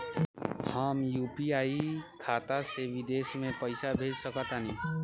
हम यू.पी.आई खाता से विदेश म पइसा भेज सक तानि?